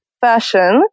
fashion